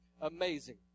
amazing